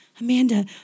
Amanda